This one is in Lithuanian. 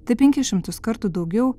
tai penkis šimtus kartų daugiau